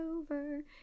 over